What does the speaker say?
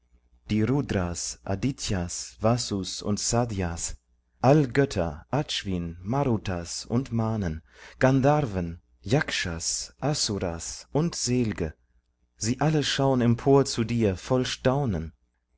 die rudras adas undas all götter aquins marut und manen gandharven yakshas asuras und sel'ge sie alle schau'n empor zu dir voll staunen